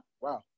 Wow